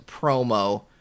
promo